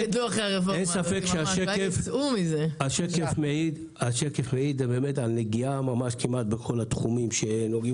השקף מעיד על נגיעה בכל התחומים שנוגעים